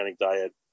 diet